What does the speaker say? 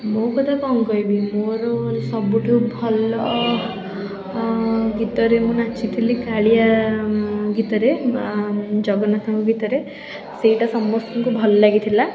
ମୋ କଥା କ'ଣ କହିବି ମୋର ସବୁଠୁ ଭଲ ଗୀତରେ ମୁଁ ନାଚିଥିଲି କାଳିଆ ଗୀତରେ ଜଗନ୍ନାଥଙ୍କ ଗୀତରେ ସେଇଟା ସମସ୍ତଙ୍କୁ ଭଲ ଲାଗିଥିଲା